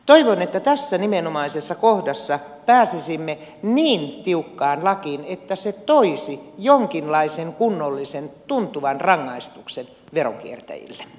toivon että tässä nimenomaisessa kohdassa pääsisimme niin tiukkaan lakiin että se toisi jonkinlaisen kunnollisen tuntuvan rangaistuksen veronkiertäjille